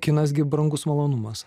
kinas gi brangus malonumas